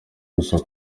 gusa